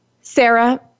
Sarah